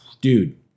dude